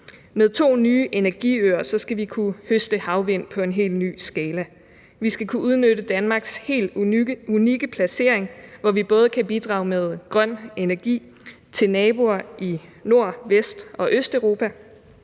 Med to nye energiøer skal vi kunne høste havvind på en helt ny skala. Vi skal kunne udnytte Danmarks helt unikke placering, hvor vi både kan bidrage med grøn energi til naboer i Nord-, Vest-, og Østeuropa.